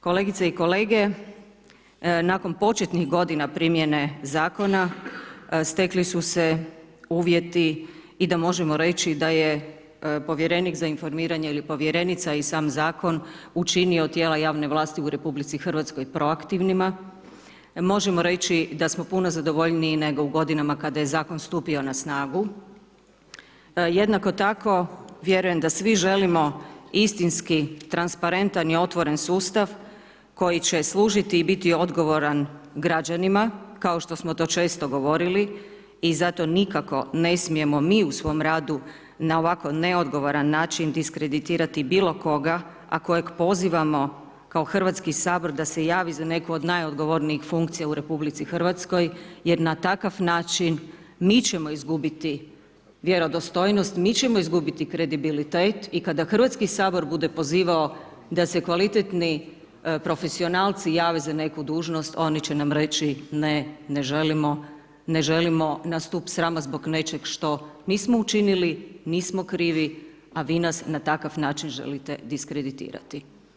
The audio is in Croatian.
Kolegice i kolege, nakon početnih godina primjene Zakona, stekli su se uvjeti, i da možemo reći da je Povjerenik za informiranje ili Povjerenica, i sam Zakon, učinio tijela javne vlasti u Republici Hrvatskoj proaktivnima, možemo reći da smo puno zadovoljniji nego u godinama kada je Zakon stupio na snagu, jednako tako, vjerujem da svi želimo istinski transparentan i otvoren sustav, koji će služiti i biti odgovoran građanima, kao što smo to često govorili i zato nikako ne smijemo, mi u svom radu, na ovako neodgovoran način diskreditirati bilo koga, a kojeg pozivamo kao Hrvatski sabor da se javi za neko od najodgovornijih funkcija u Republici Hrvatskoj, jer na takav način, mi ćemo izgubiti vjerodostojnost, mi ćemo izgubiti kredibilitet i kada Hrvatski sabor bude pozivao da se kvalitetni profesionalci jave za neku dužnost, oni će nam reći ne, ne želimo, ne želimo na stup srama zbog nečeg što nismo učinili, nismo krivi, a vi nas na takav način želite diskreditirati.